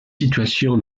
situation